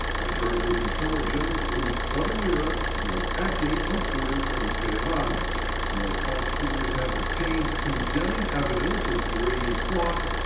in charge of intelligence in southern europe and was acting on orders from tehran and while prosecutors have attained condemning evidence of the iranian plot,